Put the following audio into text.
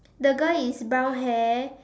the girl is brown hair